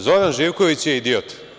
Zoran Živković je idiot.